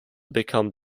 become